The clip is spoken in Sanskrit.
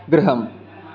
गृहम्